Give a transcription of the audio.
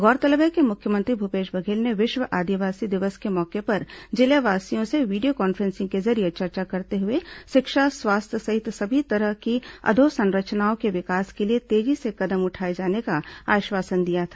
गौरतलब है कि मुख्यमंत्री भूपेश बघेल ने विश्व आदिवासी दिवस के मौके पर जिलेवासियों से वीडियो कॉन्फ्रेंसिंग के जरिये चर्चा करते हुए शिक्षा स्वास्थ्य सहित सभी तरह की अधोसंरचनाओं के विकास के लिए तेजी से कदम उठाए जाने का आश्वासन दिया था